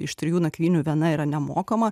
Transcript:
iš trijų nakvynių viena yra nemokama